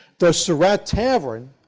the surratt tavern